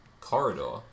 corridor